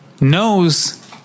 knows